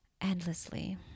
endlessly